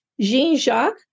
Jean-Jacques